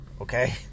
okay